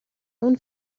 اون